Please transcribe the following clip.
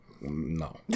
No